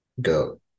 go